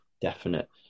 definite